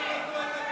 נגד.